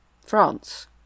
France